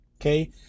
Okay